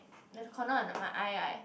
the corner of my eye right